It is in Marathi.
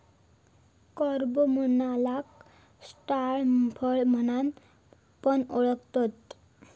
कॅरम्बोलाक स्टार फळ म्हणान पण ओळखतत